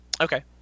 Okay